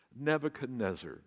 Nebuchadnezzar